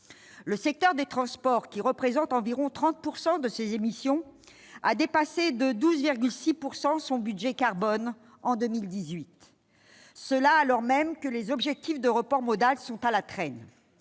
Le secteur des transports, qui représente environ 30 % de ces émissions, a dépassé de 12,6 % son budget carbone en 2018. Cela, alors même que les objectifs de report modal sont à la traîne.